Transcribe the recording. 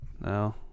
No